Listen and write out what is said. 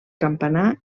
campanar